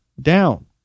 down